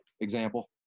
example